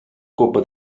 copa